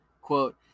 Quote